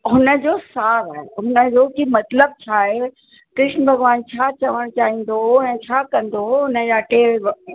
हुन जो सार आहे हुन जो कि मतिलबु छा आहे कृष्ण भॻवान छा चवणु चाहींदो हो ऐं छा कंदो हो उन जा टे